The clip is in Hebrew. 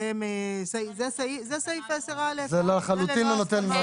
זה סעיף 10א. זה לחלוטין לא נותן מענה.